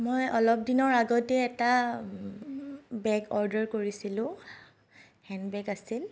মই অলপ দিনৰ আগতে এটা বেগ অৰ্ডাৰ কৰিছিলোঁ হেণ্ডবেগ আছিল